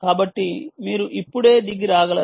కాబట్టి మీరు ఇప్పుడే దిగి రాగలరా